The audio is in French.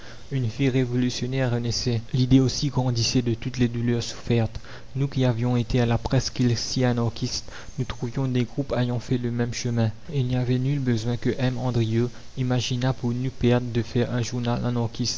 une vie révolutionnaire renaissait l'idée aussi grandissait de toutes les douleurs souffertes nous qui avions été à la presqu'île six anarchistes nous trouvions des groupes ayant fait le même chemin il n'y avait nul besoin que m andrieux imaginât pour nous perdre de faire un journal